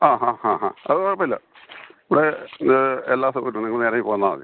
ആ ആ ആ ആ അത് കുഴപ്പം ഇല്ല ഇവിടെ എല്ലാ സൗകര്യം ഉണ്ട് നിങ്ങൾ നേരെ ഇങ്ങ് പോന്നാൽ മതി